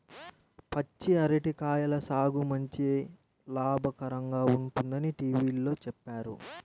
పచ్చి అరటి కాయల సాగు మంచి లాభకరంగా ఉంటుందని టీవీలో చెప్పారు